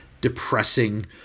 depressing